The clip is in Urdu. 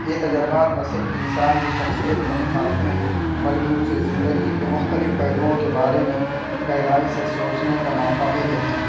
یہ تجربات نہ صرف انسان کی شخصیت کو نکھارتے ہیں بلکہ اسے زندگی کے مختلف پہلوؤں کے بارے میں گہرائی سے سوچنے کا موقع بھی دیتے ہیں